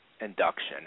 Induction